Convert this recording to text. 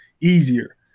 easier